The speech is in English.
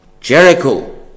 Jericho